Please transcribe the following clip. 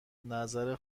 نظر